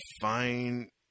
fine